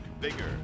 Bigger